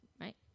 Right